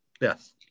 Yes